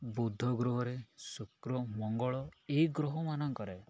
ବୁଧ ଗ୍ରହ ରେ ଶୁକ୍ର ମଙ୍ଗଳ ଏ ଗ୍ରହମାନଙ୍କରେ